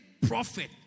prophet